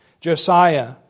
Josiah